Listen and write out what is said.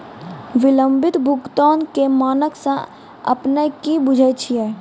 विलंबित भुगतान के मानक से अपने कि बुझै छिए?